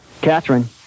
Catherine